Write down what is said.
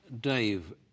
Dave